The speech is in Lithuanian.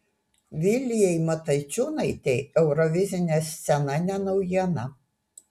vilijai matačiūnaitei eurovizinė scena ne naujiena